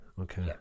Okay